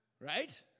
Right